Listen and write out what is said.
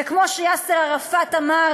וכמו שיאסר ערפאת אמר: